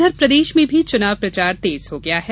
इधर प्रदेश में भी चुनाव प्रचार तेज हो गया है